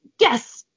yes